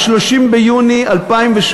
30 ביוני 2008,